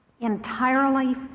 entirely